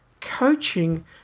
coaching